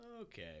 Okay